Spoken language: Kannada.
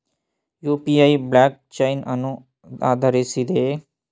ಯು.ಪಿ.ಐ ಬ್ಲಾಕ್ ಚೈನ್ ಅನ್ನು ಆಧರಿಸಿದೆಯೇ?